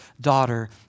daughter